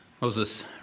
Moses